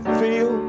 feel